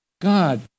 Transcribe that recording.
God